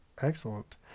Excellent